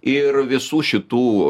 ir visų šitų